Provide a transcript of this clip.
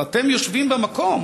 אבל אתם יושבים במקום,